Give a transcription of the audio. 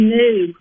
new